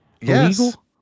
illegal